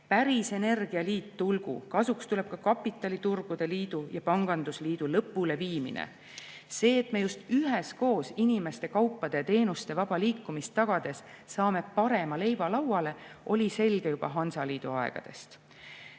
Päris energialiit tulgu, kasuks tuleb ka kapitaliturgude liidu ja pangandusliidu lõpuleviimine. See, et me just üheskoos inimeste, kaupade ja teenuste vaba liikumist tagades saame parema leiva lauale, oli selge juba Hansaliidu aegadest.